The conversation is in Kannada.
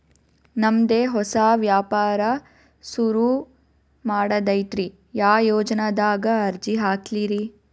ನಮ್ ದೆ ಹೊಸಾ ವ್ಯಾಪಾರ ಸುರು ಮಾಡದೈತ್ರಿ, ಯಾ ಯೊಜನಾದಾಗ ಅರ್ಜಿ ಹಾಕ್ಲಿ ರಿ?